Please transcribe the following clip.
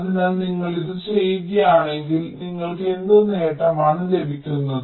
അതിനാൽ നിങ്ങൾ ഇത് ചെയ്യുകയാണെങ്കിൽ നിങ്ങൾക്ക് എന്ത് നേട്ടമാണ് ലഭിക്കുന്നത്